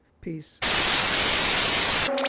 Peace